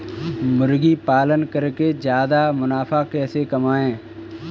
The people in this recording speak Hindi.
मुर्गी पालन करके ज्यादा मुनाफा कैसे कमाएँ?